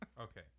Okay